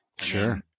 Sure